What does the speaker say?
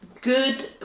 good